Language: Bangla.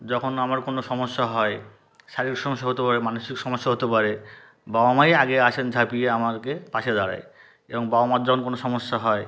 যখন আমার কোনো সমস্যা হয় শারীরিক সমস্যা হতে পারে মানসিক সমস্যা হতে পারে বাবা মা ই আগে আসেন ঝাঁপিয়ে আমাকে পাশে দাঁড়ায় এরকম বাবা মার যখন কোনো সমস্যা হয়